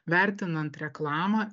vertinant reklamą